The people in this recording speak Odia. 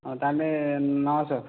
ହଁ ତାହେଲେ ନଅସହ